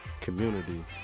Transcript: community